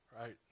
right